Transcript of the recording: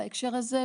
בהקשר הזה,